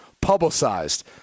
publicized